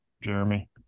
Jeremy